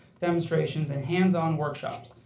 demonstrations and hands-on workshops,